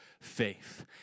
faith